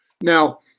Now